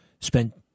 spent